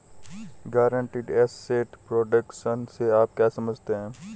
Guaranteed asset protection से आप क्या समझते हैं?